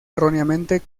erróneamente